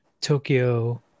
Tokyo